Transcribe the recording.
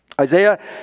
Isaiah